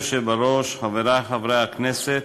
אדוני היושב-ראש, חברי חברי הכנסת,